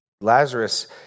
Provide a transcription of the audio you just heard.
Lazarus